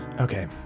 Okay